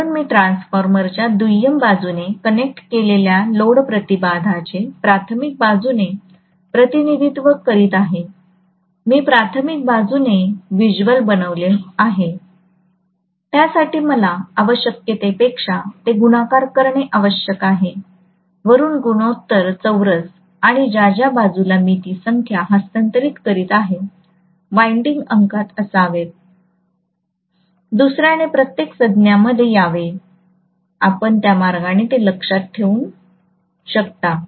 म्हणून मी ट्रान्सफॉर्मरच्या दुय्यम बाजूने कनेक्ट केलेल्या लोड प्रतिबाधाचे प्राथमिक बाजूने प्रतिनिधित्व करीत आहे मी प्राथमिक बाजूने व्हिज्युअल बनविले आहे त्यासाठी मला आवश्यकतेपेक्षा ते गुणाकार करणे आवश्यक आहे वरुन गुणोत्तर चौरस आणि ज्या ज्या बाजूला मी ती संख्या हस्तांतरित करीत आहे वाइंडिंग अंकात असावेत दुसर्याने प्रत्येक संज्ञामध्ये यावे आपण त्या मार्गाने ते लक्षात ठेवू शकता